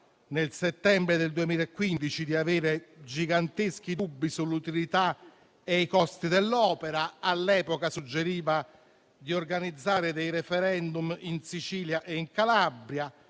nel settembre del 2015, di avere giganteschi dubbi sull'utilità e sui costi dell'opera e all'epoca suggeriva di organizzare dei *referendum* in Sicilia e in Calabria;